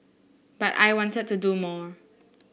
but I wanted to do more